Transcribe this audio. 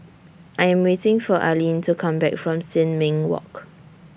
I Am waiting For Arleen to Come Back from Sin Ming Walk